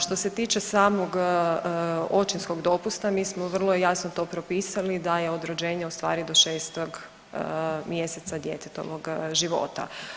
Što se tiče samog očinskog dopusta mi smo vrlo jasno to propisali da je od rođenja ustvari do 6 mjeseca djetetovog života.